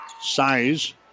Size